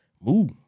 Move